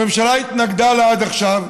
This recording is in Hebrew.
הממשלה התנגדה לה עד עכשיו.